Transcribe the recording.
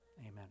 amen